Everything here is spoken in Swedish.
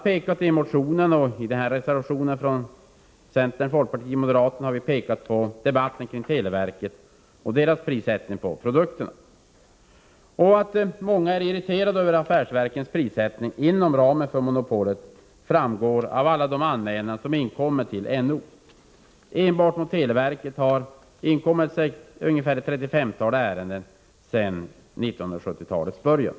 I motionen och i reservationen från centern, folkpartiet och moderaterna har vi pekat på debatten kring televerket och dess prissättning på produkterna. Och att många är irriterade över affärsverkens prissättning inom ramen för monopolet framgår av alla anmälningar som inkommer till NO. Enbart mot televerket har det inkommit omkring 35 ärenden sedan 1970-talets början.